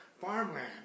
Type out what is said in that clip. farmland